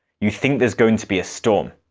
you think there's going to be a storm.